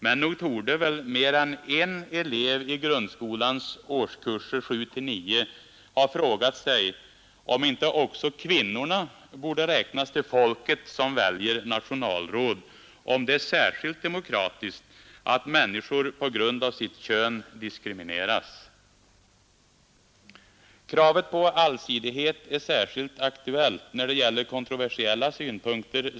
men nog torde mer än en elev 1 grundskolans årskurser 7—9 ha frågat sig om inte också kvinnorna borde räknas till ”folket” som väljer nationalråd och om det är särskilt demokratiskt att människor på grund av sitt kön diskrimineras. Kravet på allsidighet är särskilt aktuellt när det gäller kontroversiella synpunkter.